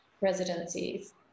residencies